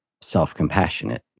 self-compassionate